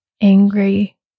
angry